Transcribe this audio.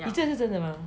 你觉得他是真的吗